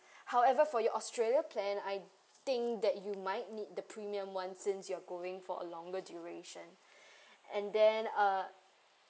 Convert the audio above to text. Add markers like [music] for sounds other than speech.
however for your australia plan I think that you might need the premium [one] since you're going for a longer duration [breath] and then uh